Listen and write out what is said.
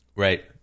Right